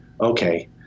okay